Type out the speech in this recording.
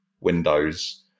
windows